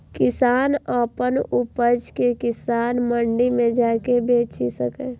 किसान अपन उपज कें किसान मंडी मे जाके बेचि सकैए